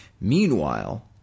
Meanwhile